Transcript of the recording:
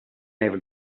able